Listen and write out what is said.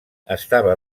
estava